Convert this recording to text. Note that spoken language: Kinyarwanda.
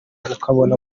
ukabona